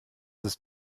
ist